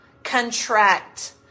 contract